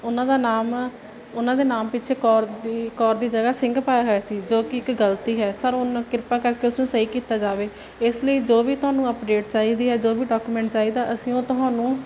ਉਹਨਾਂ ਦਾ ਨਾਮ ਉਹਨਾਂ ਦੇ ਨਾਮ ਪਿੱਛੇ ਕੌਰ ਦੀ ਕੌਰ ਦੀ ਜਗ੍ਹਾ ਸਿੰਘ ਪਾਇਆ ਹੋਇਆ ਸੀ ਜੋ ਕਿ ਇੱਕ ਗਲਤੀ ਹੈ ਸਰ ਕਿਰਪਾ ਕਰਕੇ ਉਸਨੂੰ ਸਹੀ ਕੀਤਾ ਜਾਵੇ ਇਸ ਲਈ ਜੋ ਵੀ ਤੁਹਾਨੂੰ ਅਪਡੇਟ ਚਾਹੀਦੀ ਹੈ ਜੋ ਵੀ ਡਾਕੂਮੈਂਟ ਚਾਹੀਦਾ ਅਸੀਂ ਉਹ ਤੁਹਾਨੂੰ